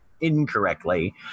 incorrectly